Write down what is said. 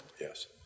Yes